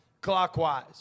clockwise